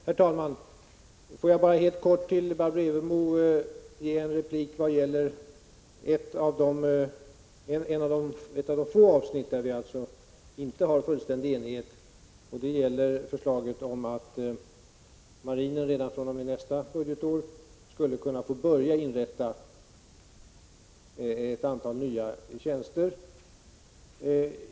Herr talman! Låt mig helt kort ge en replik till Barbro Evermo vad gäller ett av de få avsnitt där vi inte har fullständig enighet. Det gäller förslaget om att marinen redan fr.o.m. nästa budgetår skulle kunna få börja inrätta ett antal nya tjänster.